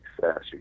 success